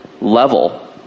level